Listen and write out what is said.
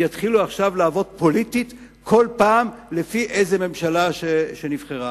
יתחילו עכשיו לעבוד פוליטית כל פעם לפי איזו ממשלה שנבחרה.